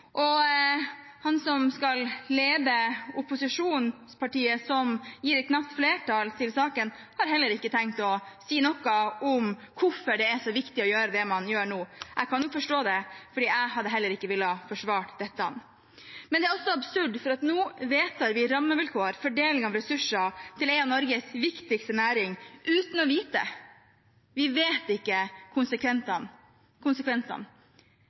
og han som skal lede opposisjonspartiet som gir et knapt flertall til saken, har heller ikke tenkt å si noe om hvorfor det er så viktig å gjøre det man gjør nå. Jeg kan jo forstå det, for jeg hadde heller ikke villet forsvare dette. Men det er også absurd fordi vi nå vedtar rammevilkår for deling av ressurser til en av Norges viktigste næringer – uten å vite. Vi vet ikke konsekvensene.